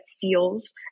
feels